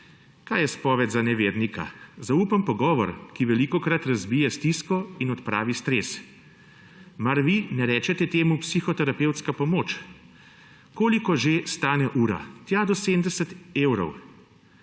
Kaj je spoved za nevernika? Zaupen pogovor, ki velikokrat razbije stisko in odpravi stres. Mar vi ne rečete temu psihoterapevtska pomoč? Koliko že stane ura? Tam do 70 evrov.